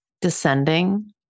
descending